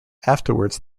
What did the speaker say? afterwards